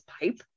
pipe